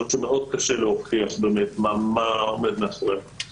שמאוד קשה להוכיח באמת מה עומד מאחוריהן.